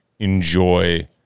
Enjoy